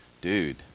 dude